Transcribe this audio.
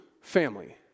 family